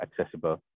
accessible